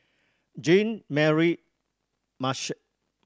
Jean Mary Marshall